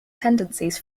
tendencies